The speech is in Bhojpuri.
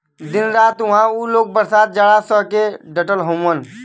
दिन रात उहां उ लोग बरसात जाड़ा सह के डटल हउवन